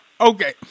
Okay